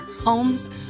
homes